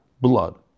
Blood